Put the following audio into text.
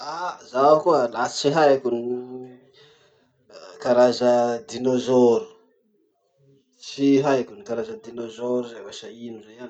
Ah! zaho koa la tsy haiko karaza dinozory. Tsy haiko ny karaza dinozory zay vasa ino zay any.